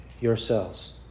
yourselves